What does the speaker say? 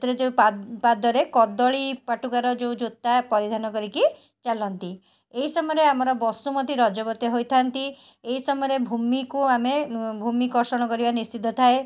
ସେଥିରେ ଯେଉଁ ପାଦରେ କଦଳୀ ପାଟୁଙ୍ଗାର ଯେଉଁ ଜୋତା ପରିଧାନ କରିକି ଚାଲନ୍ତି ଏହି ସମୟରେ ଆମର ବସୁମତୀ ରଜବତୀ ହୋଇଥାନ୍ତି ଏହି ସମୟରେ ଭୂମିକୁ ଆମେ ଉଁ ଭୂମି କଷଣ କରିବା ନିଷିଦ୍ଧ ଥାଏ